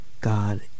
God